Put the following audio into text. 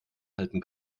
halten